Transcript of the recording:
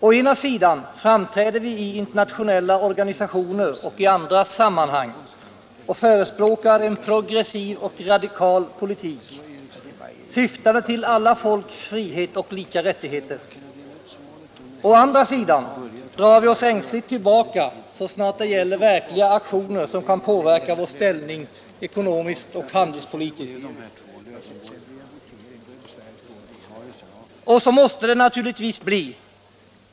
Å ena sidan framträder vi i internationella organisationer och i andra sammanhang och förespråkar en progressiv och radikal politik, syftande till alla folks frihet och lika rättigheter. Å andra sidan drar vi oss ängsligt tillbaka så snart det gäller verkliga aktioner som kan påverka vår ställning ekonomiskt och handelspolitiskt. Och så måste det naturligtvis bli.